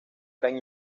gran